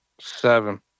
seven